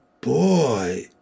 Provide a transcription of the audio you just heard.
Boy